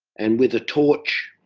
and with a torch